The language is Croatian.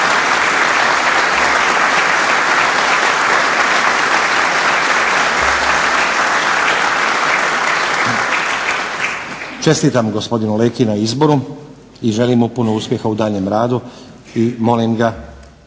čestitam gospodinu Leki na izboru i želim mu puno uspjeha u daljnjem radu i molim ga